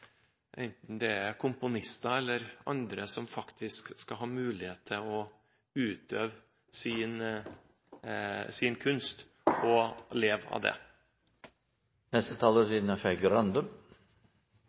det er komponister eller andre som faktisk skal ha mulighet til å utøve sin kunst og leve av